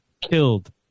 killed